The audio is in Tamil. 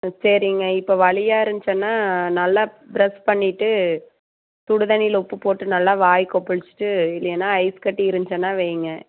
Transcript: ம் சரிங்க இப்போ வலியாக இருந்துச்சுன்னா நல்லா ப்ரெஷ் பண்ணிட்டு சுடுதண்ணியில் உப்பு போட்டு நல்லா வாய் கொப்பளிச்சுட்டு இல்லைன்னா ஐஸ் கட்டி இருந்துச்சின்னா வையுங்க